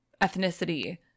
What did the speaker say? ethnicity